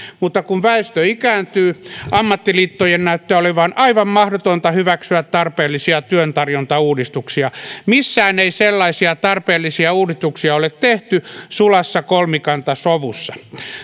mutta kun väestö ikääntyy ammattiliittojen näyttää olevan aivan mahdotonta hyväksyä tarpeellisia työntarjontauudistuksia missään ei sellaisia tarpeellisia uudistuksia ole tehty sulassa kolmikantasovussa